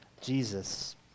Jesus